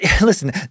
listen